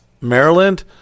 Maryland